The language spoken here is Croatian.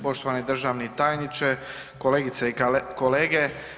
Poštovani državni tajniče, kolegice i kolege.